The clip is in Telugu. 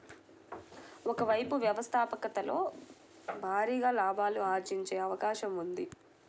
ఒక వైపు వ్యవస్థాపకతలో భారీగా లాభాలు ఆర్జించే అవకాశం ఉంది